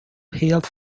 hailed